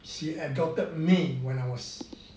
she adopted me when I was